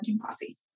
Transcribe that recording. Posse